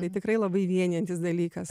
tai tikrai labai vienijantis dalykas